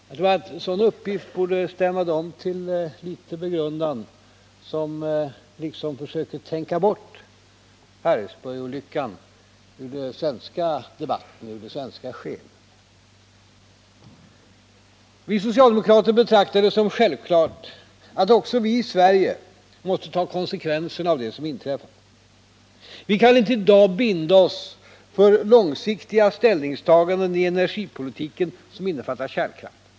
Jag tror att en sådan uppgift borde stämma dem till litet begrundan som försöker tänka bort Harrisburgolyckan från det svenska skeendet. Vi socialdemokrater betraktar det som självklart att också vi i Sverige måste ta konsekvenserna av det som inträffat. Vi kan inte i dag binda oss för långsiktiga ställningstaganden i energipolitiken som innefattar kärnkraft.